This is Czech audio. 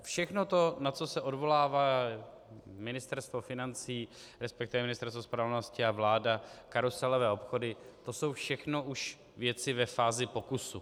Všechno to, na co se odvolává Ministerstvo financí, resp. Ministerstvo spravedlnosti a vláda, karuselové obchody, to jsou všechno už věci ve fázi pokusu.